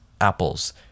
Apple's